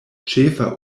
ĉefa